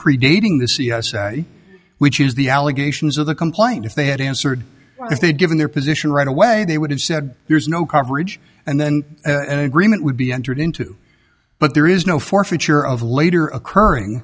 predating this which is the allegations of the complaint if they had answered if they'd given their position right away they would have said there's no coverage and then agreement would be entered into but there is no forfeiture of later occurring